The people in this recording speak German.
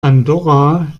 andorra